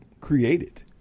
created